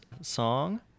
song